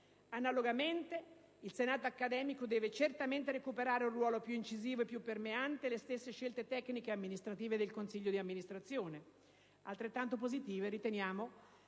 Analogamente, il senato accademico deve certamente recuperare un ruolo più incisivo e più permeante le stesse scelte tecniche e amministrative del consiglio di amministrazione. Altrettanto positive riteniamo